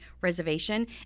reservation